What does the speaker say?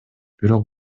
бирок